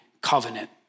covenant